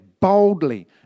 boldly